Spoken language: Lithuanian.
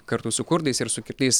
kartu su kurdais ir su kitais